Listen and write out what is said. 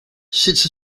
sits